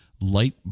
light